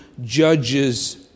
judges